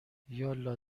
یالا